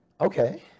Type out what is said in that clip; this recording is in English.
Okay